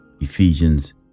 Ephesians